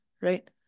right